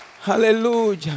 Hallelujah